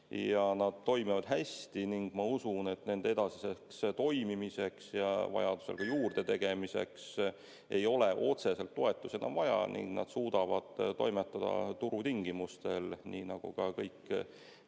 need toimivad hästi. Ma usun, et nende edasiseks toimimiseks ja vajadusel ka juurde tegemiseks ei ole otseselt toetust enam vaja ning nad suudavad toimetada turutingimustel, nii nagu ka kõik